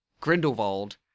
Grindelwald